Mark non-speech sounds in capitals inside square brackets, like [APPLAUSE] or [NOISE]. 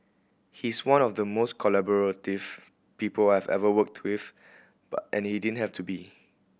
he's one of the most collaborative people I've ever worked with [UNINTELLIGIBLE] and he didn't have to be